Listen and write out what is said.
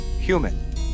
Human